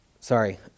sorry